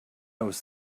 was